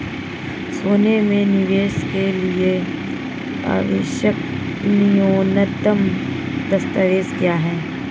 सोने में निवेश के लिए आवश्यक न्यूनतम दस्तावेज़ क्या हैं?